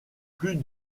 plus